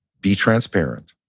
be transparent.